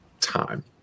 time